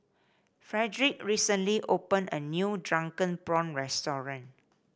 Fredric recently opened a new Drunken Prawn restaurant